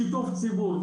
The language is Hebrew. שיתוף ציבור.